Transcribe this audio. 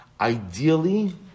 Ideally